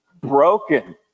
broken